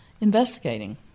investigating